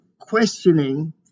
questioning